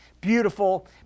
beautiful